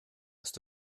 hast